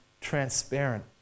transparent